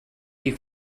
you